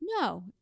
No